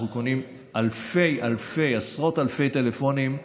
אנחנו קונים עשרות אלפי טלפונים.